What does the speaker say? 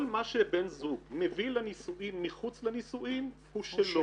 כל מה שבן זוג מביא לנישואין מחוץ לנישואין הוא שלו.